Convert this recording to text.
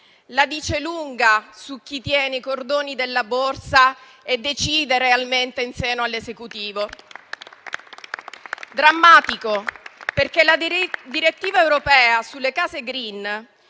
la dice lunga su chi tiene i cordoni della borsa e decide realmente in seno all'Esecutivo. È drammatico perché la direttiva europea sulle case *green*,